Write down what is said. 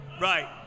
Right